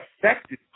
affected